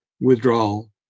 withdrawal